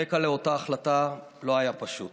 הרקע לאותה החלטה לא היה פשוט.